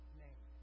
name